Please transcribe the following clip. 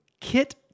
Kit